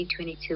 2022